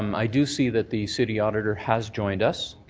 i do see that the city auditor has joined us.